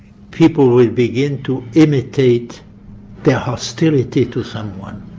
people will begin to imitate their hostility to someone.